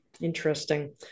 Interesting